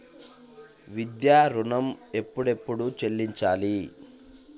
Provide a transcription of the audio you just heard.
విద్యా ఋణం ఎప్పుడెప్పుడు చెల్లించాలి?